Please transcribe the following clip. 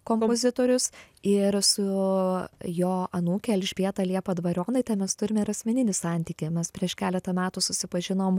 kompozitorius ir su jo anūke elžbieta liepa dvarionaite mes turime ir asmeninį santykį mes prieš keletą metų susipažinom